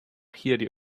hier